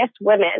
women